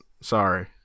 Sorry